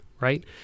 right